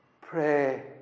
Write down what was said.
Pray